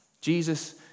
Jesus